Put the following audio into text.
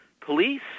police